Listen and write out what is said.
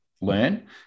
learn